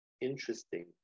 interesting